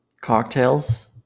Cocktails